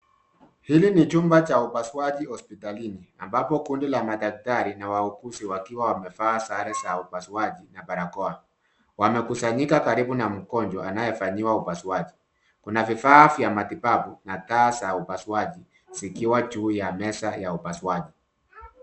Hili ni chumba cha upasuaji hospitalini ambapo kundi la madaktari na wahusi wakiwa wamefaa sare za upasuaji na barakoa wamekusanyika karibu na mgonjwa anayefanyiwa upasuaji Kuna vifaa vya matibabu na taa za upasuaji zikiwa juu ya meza ya upasuaji